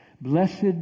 Blessed